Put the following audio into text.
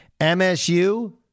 MSU